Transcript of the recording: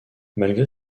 malgré